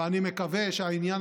ואני מקווה שהעניין,